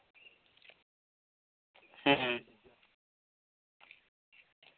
ᱦᱮᱸ